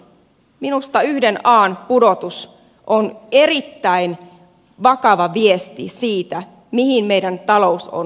minusta yhden an pudotus on erittäin vakava viesti siitä mihin meidän taloutemme on menossa